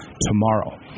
tomorrow